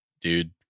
dude